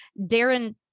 Darren